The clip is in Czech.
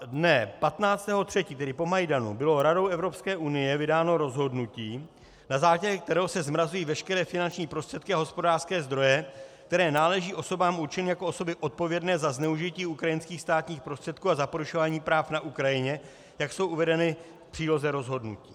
Dne 15. 3., tedy po Majdanu, bylo Radou Evropské unie vydáno rozhodnutí, na základě kterého se zmrazují veškeré finanční prostředky a hospodářské zdroje, které náleží osobám určeným jako osoby odpovědné za zneužití ukrajinských státních prostředků a za porušování práv na Ukrajině, jak jsou uvedeny v příloze rozhodnutí.